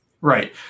right